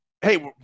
hey